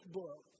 book